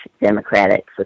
democratic